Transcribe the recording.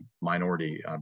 minority